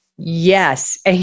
Yes